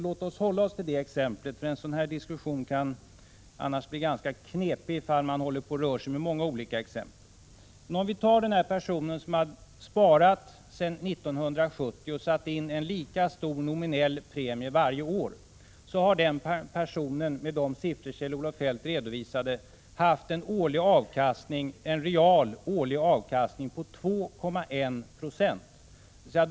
Låt oss hålla oss till det exemplet, eftersom en sådan här diskussion kan bli ganska knepig om man rör sig med många olika exempel. En person som sparat sedan 1970 och satt in en lika stor nominell premie varje år har med de siffror Kjell-Olof Feldt redovisade haft en real årlig avkastning på 2,1 20.